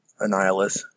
Annihilus